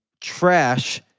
trash